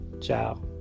Ciao